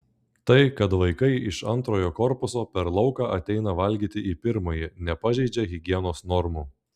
tai kad vaikai iš antrojo korpuso per lauką ateina valgyti į pirmąjį nepažeidžia higienos normų